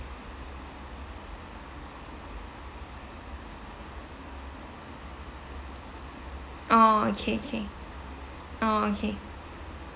orh okay okay orh okay